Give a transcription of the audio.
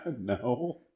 No